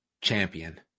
champion